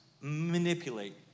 manipulate